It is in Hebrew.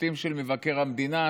ציטוטים של מבקר המדינה,